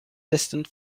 distant